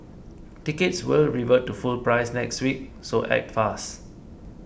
tickets will revert to full price next week so act fast